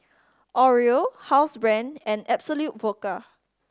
Oreo Housebrand and Absolut Vodka